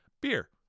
Beer